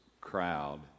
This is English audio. crowd